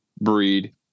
breed